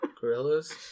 Gorillas